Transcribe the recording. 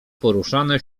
poruszane